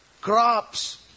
Crops